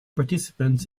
participants